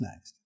next